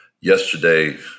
yesterday